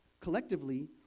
Collectively